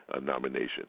nomination